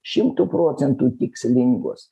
šimtu procentų tikslingos